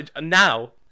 now